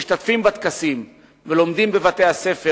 משתתפים בטקסים ולומדים בבתי-הספר,